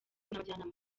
n’abajyanama